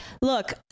Look